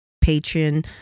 patron